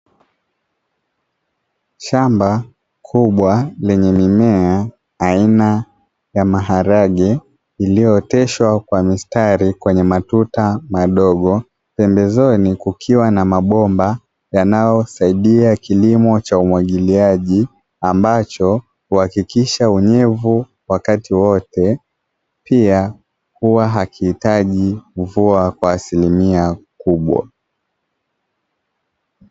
Shamba kubwa lenye mimea aina ya maharage iliyooteshwa kwa mstari katika matuta madogo, pembezoni kukiwa na mabomba yanayosaidia kilimo cha umwagiliaji ambacho huhakikisha unyevu wakati wote, pia hakiitaji kukua kwa asilimia kubwa.